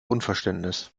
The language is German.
unverständnis